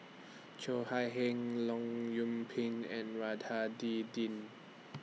Cheo Chai Hiang Leong Yoon Pin and Din